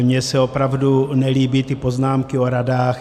Mně se opravdu nelíbí ty poznámky o radách.